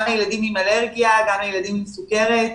גם לילדים עם אלרגיה וגם לילדים עם סוכרת.